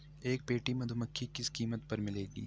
एक पेटी मधुमक्खी किस कीमत पर मिलेगी?